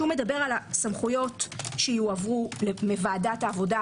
שמדבר על הסמכויות שיועברו מוועדת העבודה,